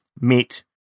meet